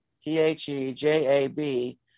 T-H-E-J-A-B